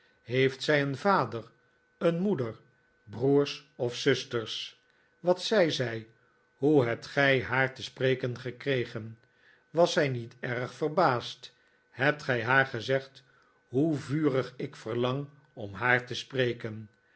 heeft zi een vader een moeder broers of zusters wat zei zij hoe hebt gij haar te spreken gekregen was zij niet erg verbaasd hebt gij haar gezegd hoe vurig ik verlang om haar te spreken